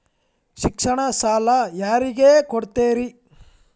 ಶಿಕ್ಷಣಕ್ಕ ಸಾಲ ಯಾರಿಗೆ ಕೊಡ್ತೇರಿ?